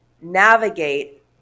navigate